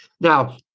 Now